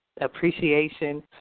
appreciation